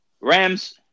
Rams